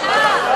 אתה בממשלה.